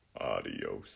Adios